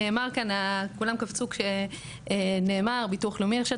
כולם קפצו כשנאמר ביטוח לאומי.